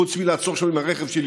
חוץ מלעצור שם עם הרכב שלי,